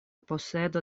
posedo